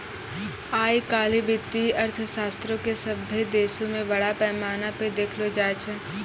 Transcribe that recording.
आइ काल्हि वित्तीय अर्थशास्त्रो के सभ्भे देशो मे बड़ा पैमाना पे देखलो जाय छै